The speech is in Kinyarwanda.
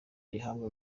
uyihabwa